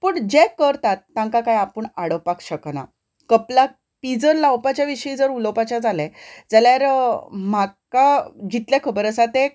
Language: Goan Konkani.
पूण जे करतात तांकां काय आपूण आडावपाक शकना कपलाक पिंजर लावपाचे विशयी जर उलोवपाचें जालें जाल्यार म्हाका जितलें खबर आसा तें